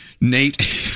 Nate